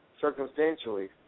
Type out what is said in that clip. circumstantially